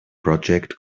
project